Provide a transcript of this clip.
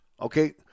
Okay